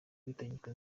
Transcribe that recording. nkiko